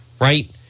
right